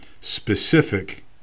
specific